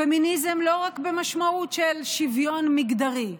פמיניזם לא רק במשמעות של שוויון מגדרי,